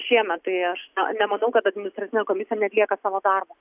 šiemet tai aš nemanau kad administracinė komisija neatlieka savo darbo